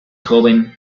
joven